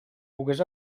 pogués